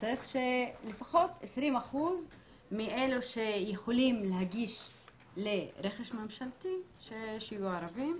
וצריך שלפחות 20% מאלה שיכולים להגיש לרכש ממשלתי יהיו ערבים.